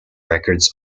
records